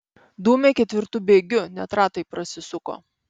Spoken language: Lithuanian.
dūmė ketvirtu bėgiu net ratai prasisuko